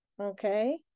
Okay